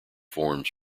forms